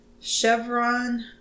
chevron